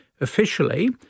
officially